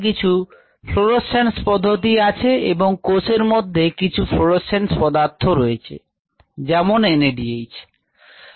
কিছু ফ্লোরোসেন্স পদ্ধতি আছে যা কোষের মধ্যে থাকা ফ্লুরোসেন্স পদার্থ যেমন NADH পরিমাপ করে